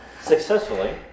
Successfully